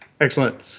Excellent